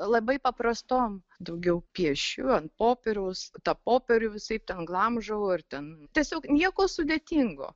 labai paprastom daugiau piešiu ant popieriaus tą popierių visaip ten glamžau ar ten tiesiog nieko sudėtingo